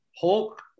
hulk